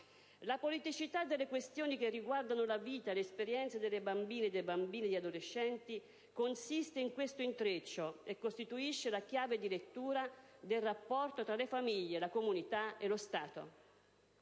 La politicità delle questioni che riguardano la vita e le esperienze delle bambine, dei bambini e degli adolescenti consiste in questo intreccio e costituisce la chiave di lettura del rapporto tra le famiglie, le comunità e lo Stato.